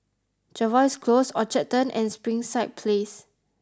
Jervois Close Orchard Turn and Springside Place